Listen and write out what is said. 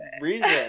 reason